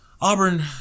Auburn